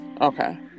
okay